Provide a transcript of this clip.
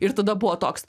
ir tada buvo toks